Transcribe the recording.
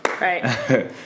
Right